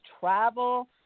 travel